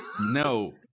No